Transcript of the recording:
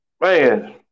man